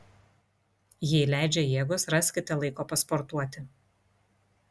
jei leidžia jėgos raskite laiko pasportuoti